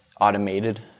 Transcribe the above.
automated